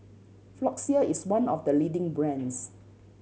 Floxia is one of the leading brands